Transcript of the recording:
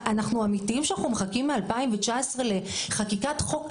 אנחנו אמתיים שאנחנו מחכים מ-2019 לחקיקת חוק?